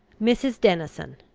mrs. denison,